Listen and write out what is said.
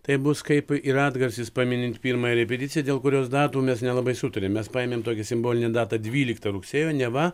tai bus kaip ir atgarsis paminint pirmąją repeticiją dėl kurios datų mes nelabai sutariam mes paėmėm tokią simbolinę datą dvyliktą rugsėjo neva